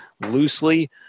loosely